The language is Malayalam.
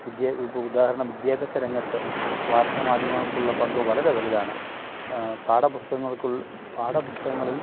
വിദ്യ ഉദാഹരണം വിദ്യാഭ്യാസ രംഗത്ത് വാര്ത്ത മാധ്യമങ്ങള്ക്കുള്ള പങ്കു വളരെ വലുതാണ് പാഠപുസ്തങ്ങള്ക്കുൾ പാഠപുസ്തകങ്ങളില്